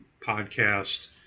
podcast